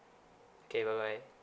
okay bye bye